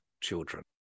children